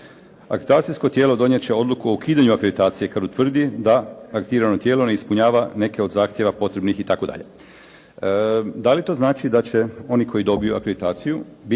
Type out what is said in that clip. Akreditacijsko tijelo donijet će odluku o ukidanju akreditacije kada utvrdi da akreditirano tijelo ne ispunjava neke od zahtjeva potrebnih itd. Da li to znači da će oni koji dobiju akreditaciju